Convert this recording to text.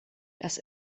das